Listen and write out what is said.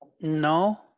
No